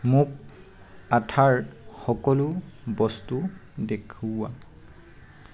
মোক আঠাৰ সকলো বস্তু দেখুওৱা